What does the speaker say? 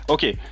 Okay